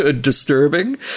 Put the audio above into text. disturbing